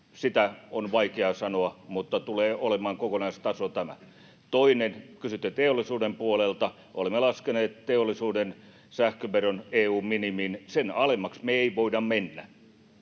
on vaikea sanoa, mutta kokonaistaso tulee olemaan tämä. Toinen, kun kysyitte teollisuuden puolelta: olemme laskeneet teollisuuden sähköveron EU:n minimiin. Sen alemmaksi me ei voida mennä.